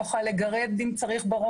לא יכולה לגרד בראש אם היא צריכה,